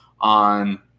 on